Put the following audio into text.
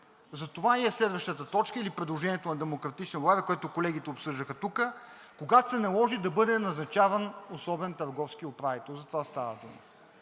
Затова ни е следващата точка или предложението на „Демократична България“, което колегите обсъждаха тук, когато се наложи да бъде назначаван особен търговски управител – за това става дума.